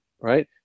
right